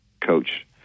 Coach